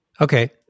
Okay